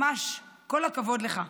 ממש כל הכבוד לך,